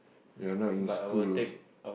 you're not in school also